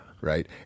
Right